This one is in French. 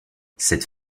cette